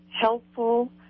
helpful